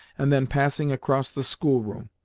and then passing across the schoolroom,